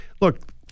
Look